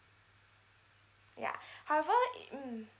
yeah however mm